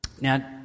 Now